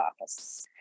office